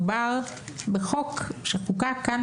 מדובר בחוק שחוקק כאן,